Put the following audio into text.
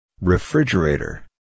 Refrigerator